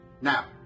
now